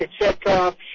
Kachetkov